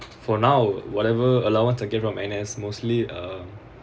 for now whatever allowance I get from N_S mostly um